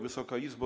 Wysoka Izbo!